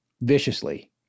viciously